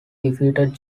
defeated